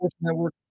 Network